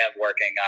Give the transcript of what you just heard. working